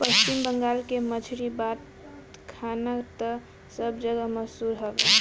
पश्चिम बंगाल के मछरी बात खाना तअ सब जगही मसहूर हवे